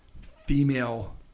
female